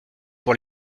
pour